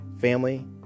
family